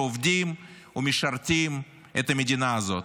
שעובדים ומשרתים את המדינה הזאת.